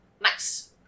Nice